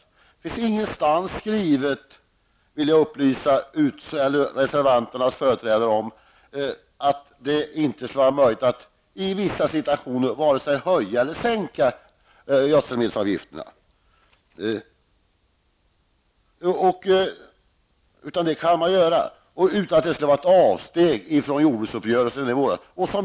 Det finns ingenstans skrivet, det vill jag upplysa reservanternas företrädare om, att det inte skulle vara möjligt att i vissa situationer höja eller sänka gödselmedelsavgifterna. Det kan man göra utan att det skall betraktas som ett avsteg från jordbruksuppgörelsen i våras.